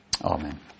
Amen